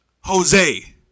Jose